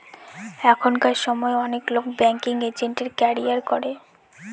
এখনকার সময় অনেক লোক ব্যাঙ্কিং এজেন্টের ক্যারিয়ার করে